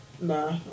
Nah